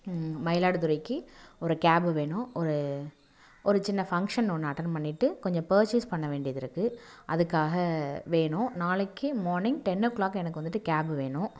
மயிலாடுதுறைக்கு ஒரு கேபு வேணும் ஒரு ஒரு சின்ன ஃபங்க்ஷன் ஒன்று அட்டன் பண்ணிகிட்டு கொஞ்சம் பர்ச்சேஸ் பண்ண வேண்டியது இருக்குது அதுக்காக வேணும் நாளைக்கு மார்னிங் டென்னோகிளாக் எனக்கு வந்துட்டு கேபு வேணும்